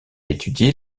étudié